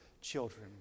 children